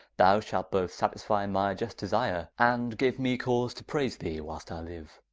thou shalt both satisfy my just desire, and give me cause to praise thee whilst i live.